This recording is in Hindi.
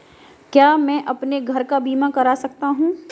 क्या मैं अपने घर का बीमा करा सकता हूँ?